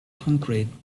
concrete